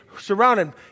surrounded